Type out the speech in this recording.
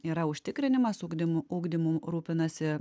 yra užtikrinimas ugdymu ugdymu rūpinasi